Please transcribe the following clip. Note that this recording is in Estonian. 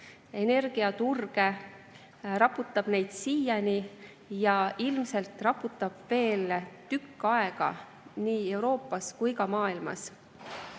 energiaturge, raputab neid siiani ja ilmselt raputab veel tükk aega nii Euroopas kui ka maailmas.